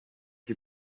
die